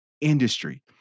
industry